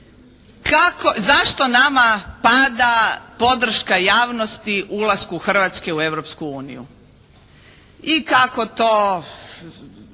zašto nama pada podrška javnosti o ulasku Hrvatske u Europsku